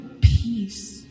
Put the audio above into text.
peace